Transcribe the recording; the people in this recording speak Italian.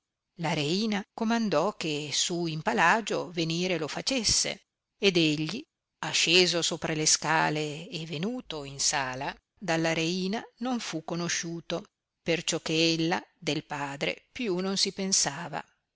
la reina comandò che su in palagio venire lo facesse ed egli asceso sopra le scale e venuto in sala dalla reina non fu conosciuto perciò che ella del padre più non si pensava